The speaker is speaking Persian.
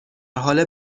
حال